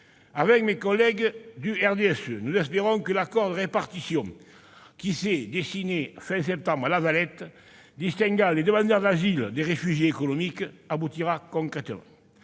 Mes collègues du RDSE et moi-même espérons que l'accord de répartition qui s'est dessiné à la fin du mois de septembre à La Valette, distinguant les demandeurs d'asile des réfugiés économiques, aboutira concrètement.